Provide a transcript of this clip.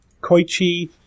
Koichi